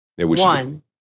One